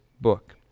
book